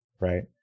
Right